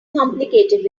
complicated